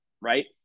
Right